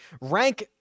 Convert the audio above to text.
Rank